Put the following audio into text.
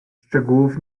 szczegółów